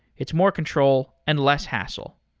it's more control and less hassle.